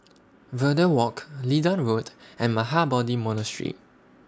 Verde Walk Leedon Road and Mahabodhi Monastery